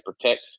protect